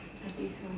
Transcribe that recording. I think so ah